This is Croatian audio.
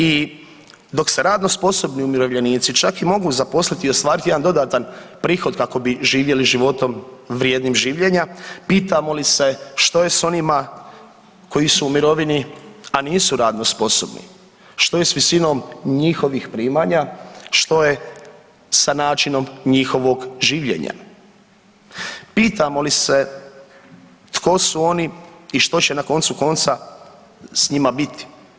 I dok se radno sposobni umirovljenici čak i mogu zaposliti i ostvariti jedan dodatan prihod kako bi živjeli životom vrijednim življenja, pitamo li se što je s onima koji su u mirovini, a nisu radno sposobni, što je s visinom njihovih primanja, što je sa načinom njihovog življenja, pitamo li se tko su oni i što će na koncu konca s njima biti.